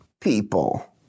people